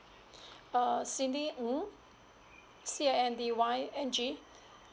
err cindy ng C I N D Y N G